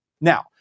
Now